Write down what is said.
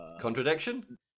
Contradiction